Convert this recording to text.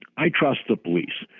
i trust the police.